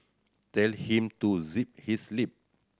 tell him to zip his lip